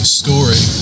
story